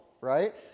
right